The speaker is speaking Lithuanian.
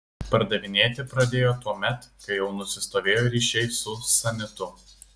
pardavinėti pradėjo tuomet kai jau nusistovėjo ryšiai su sanitu